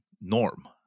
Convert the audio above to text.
norm